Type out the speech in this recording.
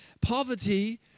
poverty